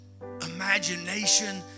imagination